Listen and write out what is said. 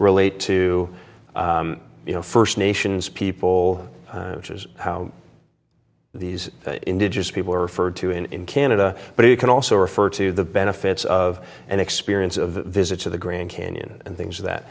relate to you know first nations people which is how these indigenous people are referred to in canada but it can also refer to the benefits of an experience of visits to the grand canyon and things of that